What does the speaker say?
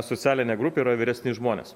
socialinė grupė yra vyresni žmonės